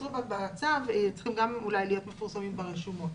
בצו, אולי גם הם צריכים להיות מפורסמים ברשומות.